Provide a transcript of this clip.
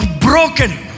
broken